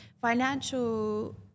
financial